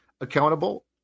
accountable